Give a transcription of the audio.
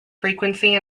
frequency